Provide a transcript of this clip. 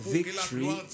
Victory